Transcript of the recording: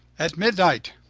at midnight.